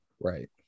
Right